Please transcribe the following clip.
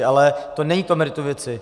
Ale to není k meritu věci.